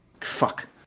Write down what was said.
Fuck